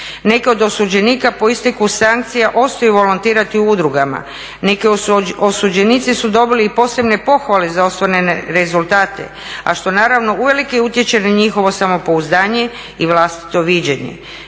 Neki od osuđenika po isteku sankcija ostaju volontirati u udrugama. Neki osuđenici su dobili i posebne pohvale za ostvarene rezultate, a što naravno uvelike utječe na njihovo samopouzdanje i vlastito viđenje.